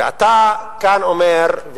ואתה כאן אומר,